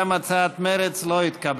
גם הצעת מרצ לא התקבלה.